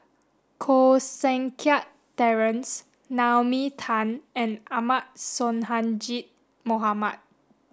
Koh Seng Kiat Terence Naomi Tan and Ahmad Sonhadji Mohamad